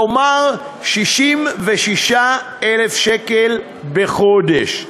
כלומר 66,000 שקל בחודש,